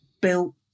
built